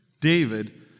David